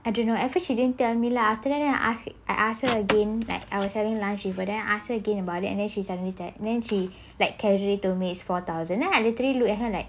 I don't know at first she didn't tell me lah today after that then I ask I ask her again that I was having lunch with her then I ask her again about it and then she suddenly then she like casually to me it's four thousand I literally look at her like